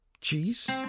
Cheese